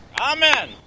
Amen